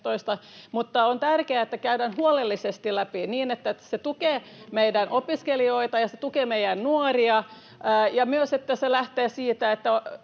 mutta on tärkeää, että nämä käydään huolellisesti läpi, niin että se tukee meidän opiskelijoita ja se tukee meidän nuoria, ja myös, että se lähtee siitä, että